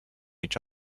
each